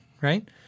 right